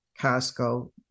Costco